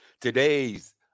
Today's